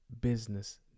business